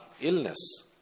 illness